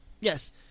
Yes